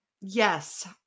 Yes